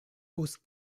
pose